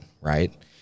Right